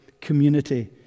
community